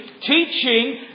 teaching